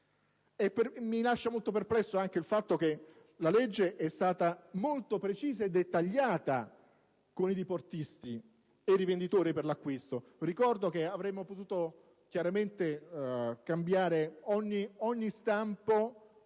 Mi lascia molto perplesso anche il fatto che la legge è stata molto precisa e dettagliata con i diportisti e i rivenditori per l'acquisto. Ricordo che avremmo potuto cambiare per ogni stampo